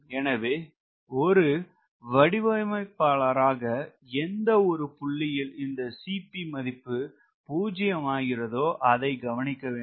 எனவே ஒரு வடிவமைப்பாளனாக எந்த ஒரு புள்ளியில் இந்த மதிப்பு 0 ஆகிறதோ அதை கவனிக்க வேண்டும்